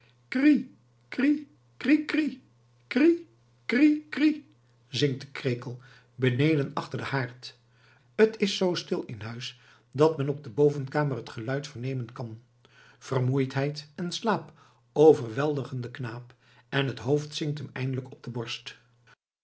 zingt de krekel beneden achter den haard t is zoo stil in huis dat men op de bovenkamer het geluid vernemen kan vermoeidheid en slaap overweldigen den knaap en t hoofd zinkt hem eindelijk op de borst